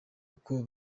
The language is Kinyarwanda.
uko